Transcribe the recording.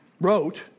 wrote